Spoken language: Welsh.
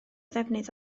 ddefnydd